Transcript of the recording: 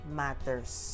matters